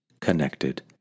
connected